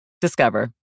Discover